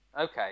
Okay